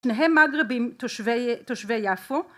שניהם מגרבים תושבי יפו